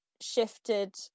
shifted